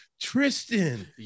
tristan